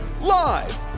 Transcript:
Live